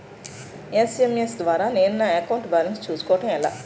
SMS ద్వారా నేను నా అకౌంట్ బాలన్స్ చూసుకోవడం ఎలా?